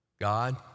God